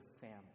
family